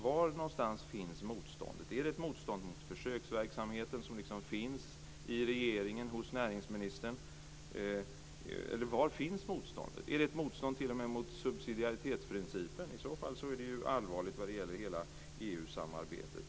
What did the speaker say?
Var någonstans finns motståndet? Är det ett motstånd mot försöksverksamheten hos regeringen och näringsministern? Är det ett motstånd mot subsidiaritetsprincipen? Det är i så fall allvarligt vad gäller hela EU-samarbetet.